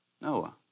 Noah